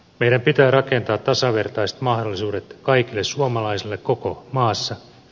meidän pitää rakentaa tasavertaiset mahdollisuudet kaikille suomalaisille koko maassa